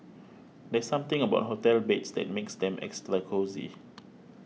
there's something about hotel beds that makes them extra cosy